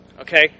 Okay